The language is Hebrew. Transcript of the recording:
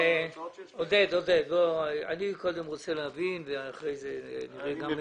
הרקע או הטריגר לדיון הוא ניסיון של מערכת הביטחון,